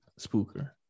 spooker